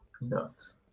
nuts